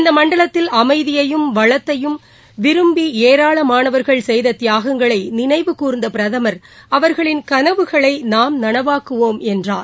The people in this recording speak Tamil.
இந்த மண்டலத்தில் அமைதியையும் வளத்தையும் விரும்பி ஏராளமானவர்கள் செய்த தியாகங்களை நினைவு கூர்ந்த பிரதமர் அவர்களின் கனவுகளை நாம் நனவாக்குவோம் என்றார்